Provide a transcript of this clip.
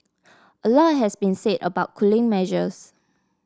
a lot has been said about cooling measures